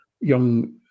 young